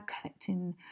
collecting